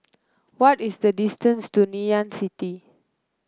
what is the distance to Ngee Ann City